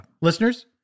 Listeners